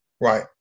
Right